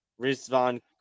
Rizvan